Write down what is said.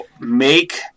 make